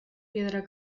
piedra